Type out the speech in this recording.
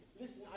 Listen